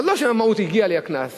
אבל לא שבמהות הגיע לי הקנס.